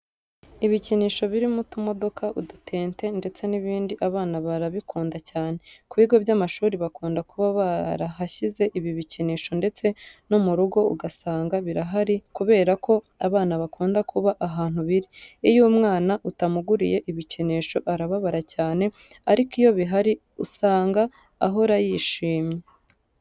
Ibikinisho birimo utumodoka, udutente ndetse n'ibindi abana barabikunda cyane. Ku bigo by'amashuri bakunda kuba barahashyize ibi bikinisho ndetse no mu rugo ugasanga birahari kubera ko abana bakunda kuba ahantu biri. Iyo umwana utamuguriye ibikinisho arababara cyane ariko iyo bihari usanga ahora yishimye.